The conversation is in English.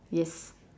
yes